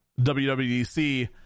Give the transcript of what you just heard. WWDC